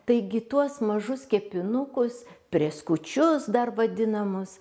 taigi tuos mažus kepinukus prėskučius dar vadinamus